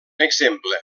exemple